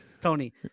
Tony